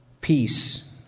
peace